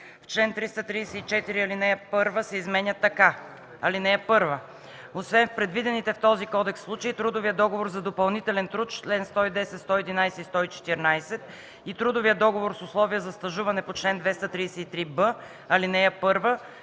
В чл. 334 ал. 1 се изменя така: „(1) Освен в предвидените в този кодекс случаи, трудовият договор за допълнителен труд (чл. 110, 111 и 114) и трудовият договор с условие за стажуване по чл. 233б, ал. 1